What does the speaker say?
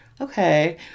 okay